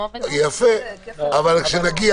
כשנגיע